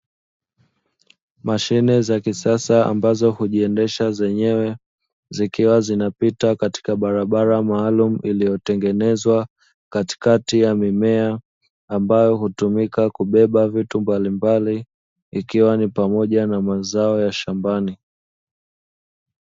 Mashine za kisasa ambazo ujiendesha zenyewe zikiwa zinapita katika barabara maalumu iliyotengenezwa katikati ya mimea ambayo hutumika kubeba vitu mbalimbali ikiwa ni pamoja na mazao ya shambani.